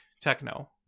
techno